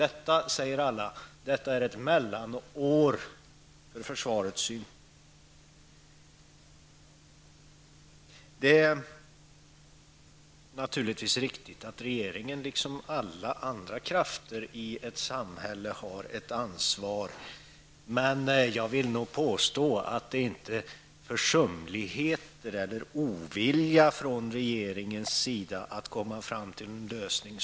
Alla säger att detta är ett mellanår för försvaret. Det är naturligtvis riktigt att regeringen liksom alla andra krafter i ett samhälle har ett ansvar. Men jag vill nog påstå att det inte är på grund av försumligheter eller ovilja från regeringens sida att man inte kom fram till en lösning.